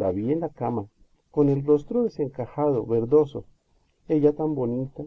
la vi en la cama con el rostro desencajado verdoso ella tan bonita